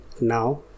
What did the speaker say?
now